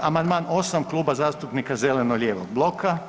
8. amandman Kluba zastupnika zeleno-lijevog bloka.